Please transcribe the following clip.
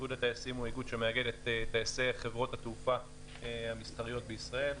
איגוד הטייסים הוא איגוד שמאגד את טייסי חברות התעופה המסחריות בישראל,